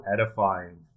edifying